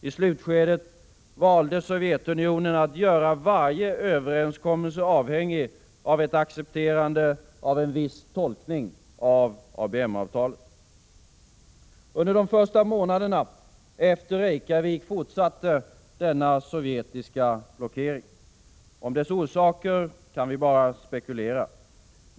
I slutskedet valde Sovjetunionen att göra varje överenskommelse avhängig av ett accepterande av en viss tolkning av ABM-avtalet. Under de första månaderna efter Reykjavik fortsatte denna sovjetiska blockering. Om dess orsaker kan vi bara spekulera.